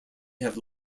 have